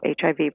HIV